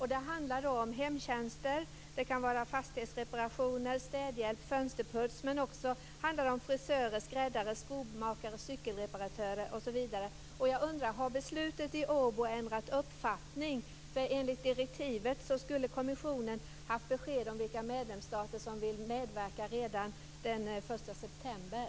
Det handlar här om hemtjänster. Det kan gälla fastighetsreparationer, städhjälp och fönsterputsning men det handlar också om frisörer, skräddare, skomakare, cykelreparatörer osv. Har uppfattningen ändrats i och med beslutet i Åbo? Enligt direktivet skulle ju kommissionen ha haft besked om vilka medlemsstater som vill medverka redan den 1 september.